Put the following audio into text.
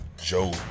Joe